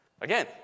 Again